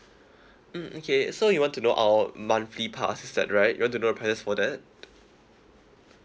mm okay so you want to know our monthly passes that right you want to know the prices for that